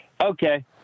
Okay